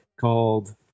called